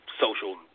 social